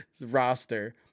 roster